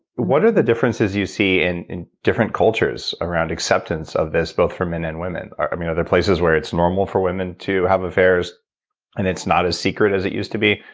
what are the differences you see and in different cultures around acceptance of this both for men and women? are are there places where it's normal for women to have affairs and it's not as secret as it used to be?